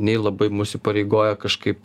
nei labai mus įpareigoja kažkaip